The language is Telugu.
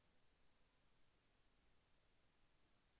భారతదేశంలో అతిపెద్ద డ్రైనేజీ వ్యవస్థ ఏది?